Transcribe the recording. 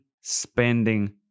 spending